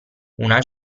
una